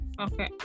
Okay